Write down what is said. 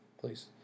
please